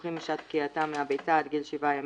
אפרוחים משעת בקיעתם מהביצה עד גיל שבעה ימים,